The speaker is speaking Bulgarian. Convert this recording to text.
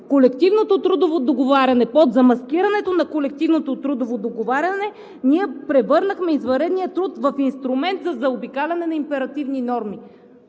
Колективното трудово договаряне, под замаскирането на колективното трудово договаряне, ние превърнахме извънредния труд в инструмент за заобикаляне на императивни норми.